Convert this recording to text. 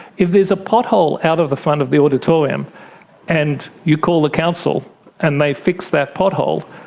if there's a pothole out of the front of the auditorium and you call the council and they fix that pothole,